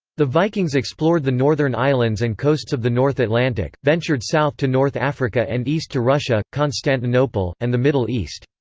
the vikings explored the northern islands and coasts of the north atlantic, ventured south to north africa and east to russia, constantinople, and the middle east.